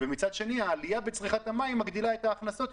מצד שני העלייה בצריכת המים מגדילה את ההכנסות.